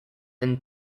than